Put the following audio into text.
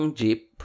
jeep